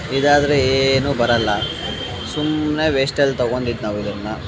ಇದಾದರೆ ಏನು ಬರೋಲ್ಲ ಸುಮ್ಮನೆ ವೇಷ್ಟಲ್ಲಿ ತಗೊಂಡಿದ್ ನಾವು ಇದನ್ನು